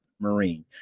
Marine